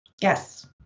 yes